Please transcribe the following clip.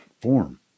form